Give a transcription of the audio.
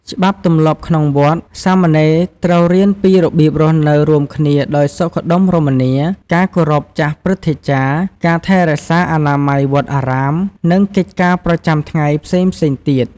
ច្បាប់ទម្លាប់ក្នុងវត្ត សាមណេរត្រូវរៀនពីរបៀបរស់នៅរួមគ្នាដោយសុខដុមរមនា ការគោរពចាស់ព្រឹទ្ធាចារ្យ ការថែរក្សាអនាម័យវត្តអារាម និងកិច្ចការប្រចាំថ្ងៃផ្សេងៗទៀត។